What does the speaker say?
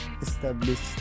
established